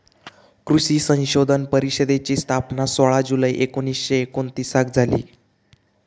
कृषी संशोधन परिषदेची स्थापना सोळा जुलै एकोणीसशे एकोणतीसाक झाली